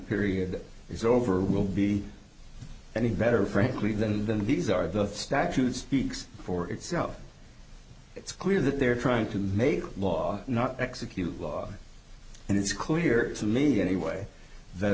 period is over will be any better frankly than then these are the statutes speaks for itself it's clear that they're trying to make law not execute law and it's clear to me anyway that